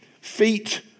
feet